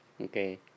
okay